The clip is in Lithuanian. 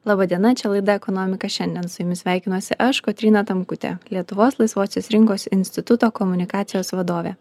laba diena čia laida ekonomika šiandien su jumis sveikinuosi aš kotryna tamkutė lietuvos laisvosios rinkos instituto komunikacijos vadovė